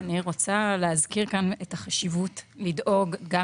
אני רוצה להזכיר את החשיבות בלדאוג גם